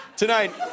Tonight